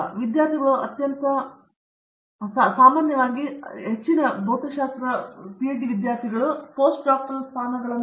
ಆದ್ದರಿಂದ ವಿದ್ಯಾರ್ಥಿಗಳು ಅತ್ಯಂತ ಸಾಮಾನ್ಯವಾಗಿದ್ದು ಈಗ ಪಿಎಚ್ಡಿ ವಿದ್ಯಾರ್ಥಿಗಳು ಪೋಸ್ಟ್ ಡೋಕ್ಟೋರಲ್ ಸ್ಥಾನವನ್ನು ಪಡೆದುಕೊಳ್ಳುತ್ತಾರೆ